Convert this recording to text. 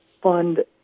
fund